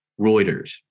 Reuters